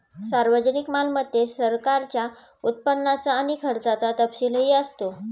सार्वजनिक मालमत्तेत सरकारच्या उत्पन्नाचा आणि खर्चाचा तपशीलही असतो